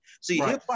See